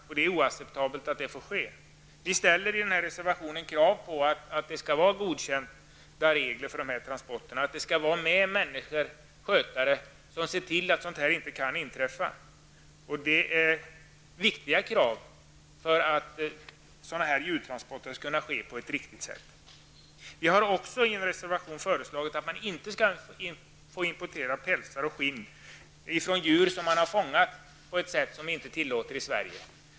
Men det är oacceptabelt att något sådant får ske. I reservationen ställs det krav på att man skall ha godkända regler för transporterna och att människor, skötare, skall följa med och se till att missförhållanden och olyckor inte inträffar. Det är viktiga krav om djurtransporter skall kunna ske på ett riktigt sätt. I en reservation har jag vi föreslagit att det skall vara förbjudet att införa pälsar och skinn av djur som har fångats på ett sätt som inte är tillåtet i Sverige.